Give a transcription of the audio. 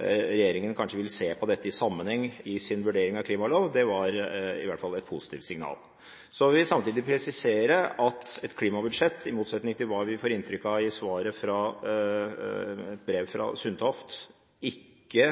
regjeringen kanskje ville se på dette i sammenheng i sin vurdering av klimalov, i hvert fall et positivt signal. Så vil jeg samtidig presisere at et klimabudsjett – i motsetning til hva vi får inntrykk av i brevet fra statsråd Sundtoft – ikke